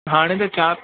हाणे बि चारि